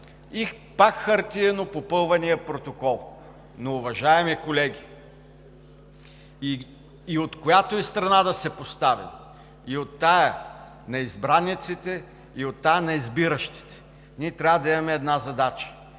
и пак хартиено попълвания протокол. Но, уважаеми колеги, от която и страна да се поставим – и от тази на избраниците, и от тази на избиращите – ние трябва да имаме една задача